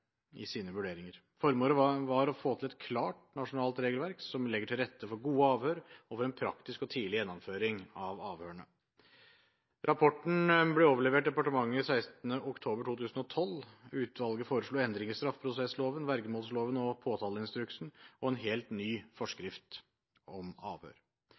i sine vurderinger. Formålet var å få til et klart nasjonalt regelverk som legger til rette for gode avhør og en praktisk og tidlig gjennomføring av avhørene. Rapporten ble overlevert departementet 16. oktober 2012. Utvalget foreslo endringer i straffeprosessloven, vergemålsloven og påtaleinstruksen og en helt ny forskrift om avhør.